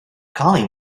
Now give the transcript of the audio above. calling